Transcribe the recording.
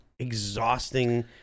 exhausting